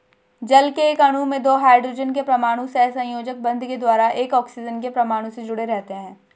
जल के एक अणु में दो हाइड्रोजन के परमाणु सहसंयोजक बंध के द्वारा एक ऑक्सीजन के परमाणु से जुडे़ रहते हैं